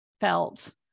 felt